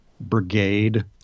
Brigade